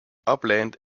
upland